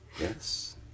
yes